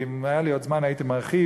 ואם היה לי עוד זמן הייתי מרחיב,